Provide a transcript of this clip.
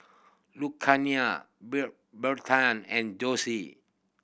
Luciana Bertrand and Josie